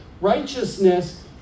righteousness